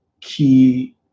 key